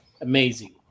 amazing